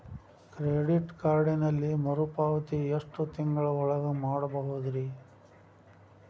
Credit ಕಾರ್ಡಿನಲ್ಲಿ ಮರುಪಾವತಿ ಎಷ್ಟು ತಿಂಗಳ ಒಳಗ ಮಾಡಬಹುದ್ರಿ?